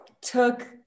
took